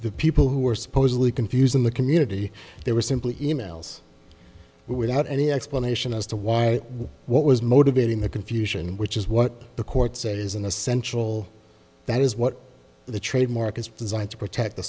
the people who were supposedly confused in the community they were simply e mails without any explanation as to why what was motivating the confusion which is what the court said is an essential that is what the trademark is designed to protect the